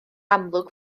amlwg